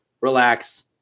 Relax